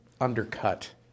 undercut